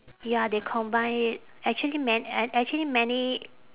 ya they combine it actually man~ ac~ actually many